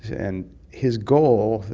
and his goal,